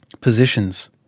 positions